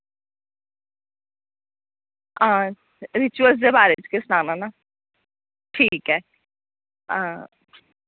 हां रिचुअलस दे बारे च गै सनाना ना ठीक ऐ हां